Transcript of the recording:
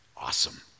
Awesome